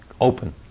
open